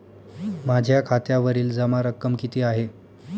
माझ्या खात्यावरील जमा रक्कम किती आहे?